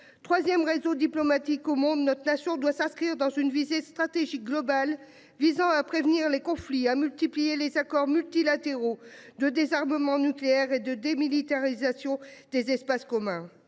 3ème réseau diplomatique au monde notre nation doit s'inscrire dans une visée stratégique global visant à prévenir les conflits a multiplié les accords multilatéraux de désarmement nucléaire et de démilitarisation des espaces communs.